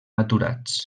aturats